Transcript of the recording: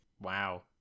Wow